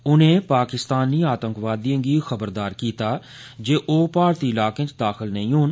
उनें पाकिस्तानी आतंकवादिएं गी खबरदार कीता जे ओ भारतीय इलाकें च दाखिल नेईं होन